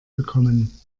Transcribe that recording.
bekommen